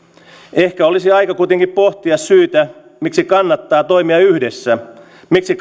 ehkä olisi aika kuitenkin pohtia syitä miksi kannattaa toimia yhdessä miksi